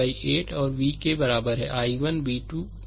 i 1 b 2 से 12 के बराबर है यह भी आपने लिखा है